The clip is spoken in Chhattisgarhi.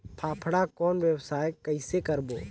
फाफण कौन व्यवसाय कइसे करबो?